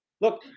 Look